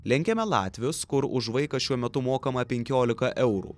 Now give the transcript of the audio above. lenkiame latvijos kur už vaiką šiuo metu mokama penkiolika eurų